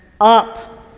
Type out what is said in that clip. up